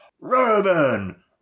Roman